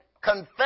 confess